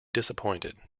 disappointed